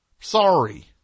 Sorry